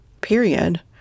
period